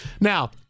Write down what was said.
Now